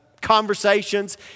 conversations